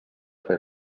fer